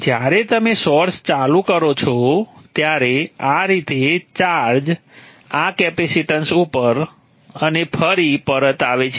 જ્યારે તમે સોર્સ ચાલુ કરો છો ત્યારે આ રીતે ચાર્જ આ કેપેસીટન્સ ઉપર અને ફરી પરત આવે છે